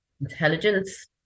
intelligence